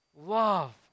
Love